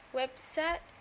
website